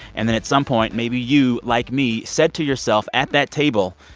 and then, at some point, maybe you, like me, said to yourself at that table,